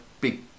big